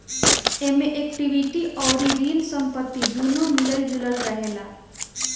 एमे इक्विटी अउरी ऋण संपत्ति दूनो मिलल जुलल रहेला